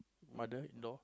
mother-in-law